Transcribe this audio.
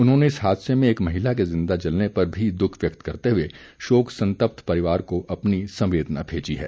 उन्होंने इस हादसे में एक महिला के जिंदा जलने पर भी दुःख व्यक्त करते हुए शोक संतप्त परिवार को अपनी सम्वेदना भेजी है